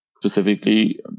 Specifically